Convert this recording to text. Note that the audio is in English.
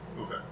Okay